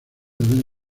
deben